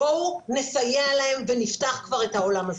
בואו נסייע להם ונפתח כבר את העולם הזה.